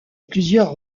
plusieurs